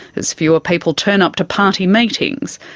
as fewer people turn up to party meetings,